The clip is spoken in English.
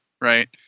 right